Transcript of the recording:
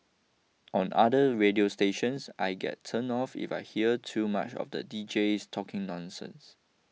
on other radio stations I get turned off if I hear too much of the deejays talking nonsense